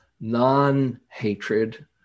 non-hatred